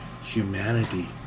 humanity